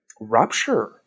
rupture